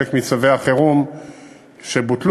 חלק מצווי החירום שבוטלו,